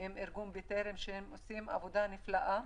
עם ארגון בטרם שעושה עבודה נפלאה.